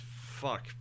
fuck